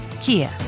Kia